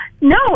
No